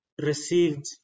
received